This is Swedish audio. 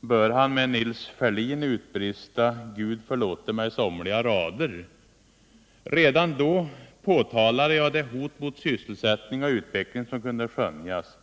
bör han med Nils Ferlin utbrista: ”och Gud må förlåta mig somliga rader”. Redan då pekade jag på det hot mot sysselsättning och utveckling som kunde skönjas.